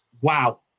wow